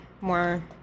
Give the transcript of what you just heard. more